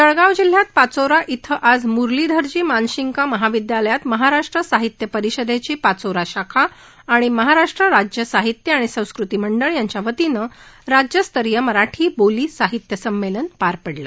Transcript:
जळगाव जिल्ह्यात पाचोरा इथं आज म्रलीधरजी मानशिंगका महाविदयालयात महाराष्ट्र साहित्य परिषदेची पाचोरा शाखा आणि महाराष्ट्र राज्य साहित्य आणि संस्कृती मंडळ यांच्या वतीनं राज्यस्तरीय मराठी बोली साहित्य संमेलन पार पडलं